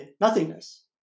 nothingness